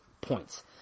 points